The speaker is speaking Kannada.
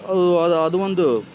ಅದು ಅದು ಒಂದು